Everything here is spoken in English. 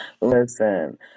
Listen